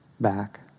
back